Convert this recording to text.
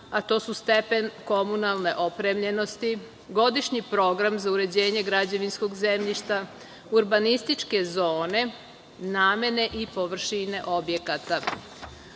a to su stepen komunalne opremljenosti, godišnji program za uređenje građevinskog zemljišta, urbanističke zone, namene i površine objekata. Iz